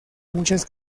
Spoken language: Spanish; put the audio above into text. muchas